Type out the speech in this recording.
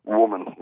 woman